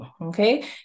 okay